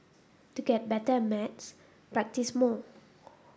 to get better at maths practise more